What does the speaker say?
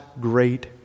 great